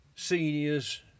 seniors